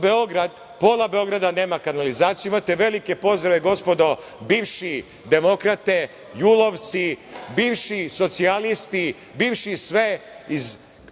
Beograd, pola Beograda, nema kanalizaciju. Imate velike pozdrave gospodo, bivše demokrate, julovci, bivši socijalisti, bivši sve,